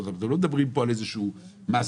אנחנו לא מדברים פה על איזשהו מסה.